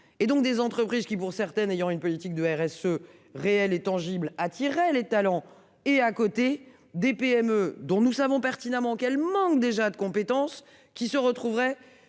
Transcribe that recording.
et donc des entreprises qui pour certaines ayant une politique de RSE réelle et tangible attirer les talents et à côté des PME dont nous savons pertinemment qu'elle manque déjà de compétences qui se retrouveraient